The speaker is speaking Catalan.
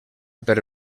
per